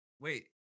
Wait